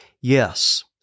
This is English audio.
Yes